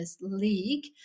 league